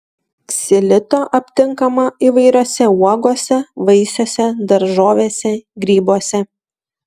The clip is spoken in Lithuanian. ksilito aptinkama įvairiose uogose vaisiuose daržovėse grybuose